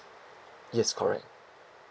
yes correct